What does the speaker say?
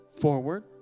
forward